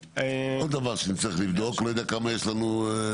עוד דבר שנצטרך לבדוק, לא יודע כמה יש לנו.